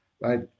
right